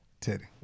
Teddy